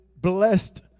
blessed